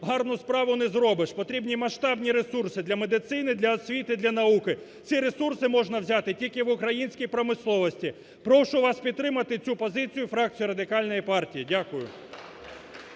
гарну справу не зробиш, потрібні масштабні ресурси для медицини, для освіти, для науки ці ресурси можна взяти тільки в українській промисловості. Прошу вас підтримати цю позицію фракції Радикальної партії. Дякую.